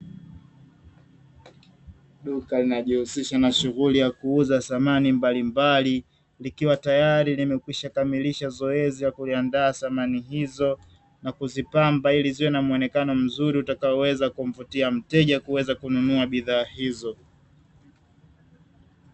Duka linajihusisha na shughuli ya kuuza samani mbalimbali likiwa tayari limekwisha kamilisha zoezi la kuliandaa samani hizo na kuzipamba ili ziwe na muonekano mzuri utakaoweza kumvutia mteja kuweza kununua bidhaa hizo.